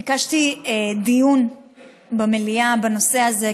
ביקשתי דיון במליאה בנושא הזה,